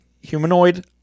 humanoid